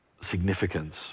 significance